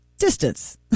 distance